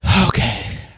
Okay